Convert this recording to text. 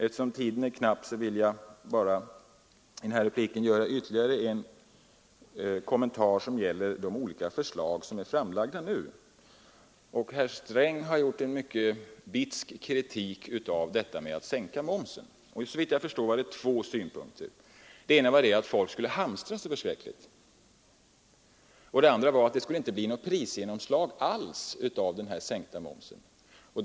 Eftersom tiden är knapp vill jag i denna replik bara göra ytterligare en kommentar, som gäller de nu framlagda förslagen. Herr Sträng har framfört en mycket bitsk kritik mot kraven på att sänka momsen. Såvitt jag förstår hade han två synpunkter. Den ena var att folk då skulle hamstra så förskräckligt. Den andra var att momssänkningen inte skulle ge något prisgenomslag alls.